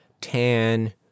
tan